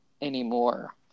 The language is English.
anymore